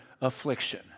affliction